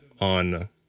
on